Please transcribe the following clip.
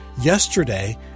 Yesterday